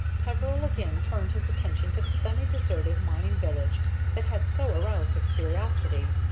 peveril again turned his attention to the semi-deserted mining village that had so aroused his curiosity.